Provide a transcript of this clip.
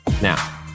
Now